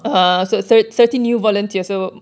!wow!